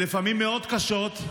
לפעמים מאוד קשות.